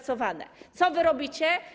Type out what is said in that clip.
Co wy robicie?